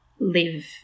live